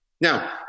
Now